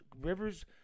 Rivers –